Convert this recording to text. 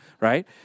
right